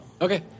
Okay